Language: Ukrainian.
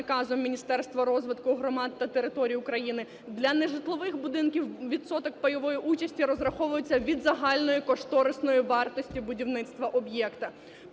Міністерства розвитку громад та територій України. Для нежитлових будинків відсоток пайової участі розраховується від загальної кошторисної вартості будівництва об'єкта.